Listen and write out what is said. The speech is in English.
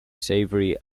savory